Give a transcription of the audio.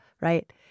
right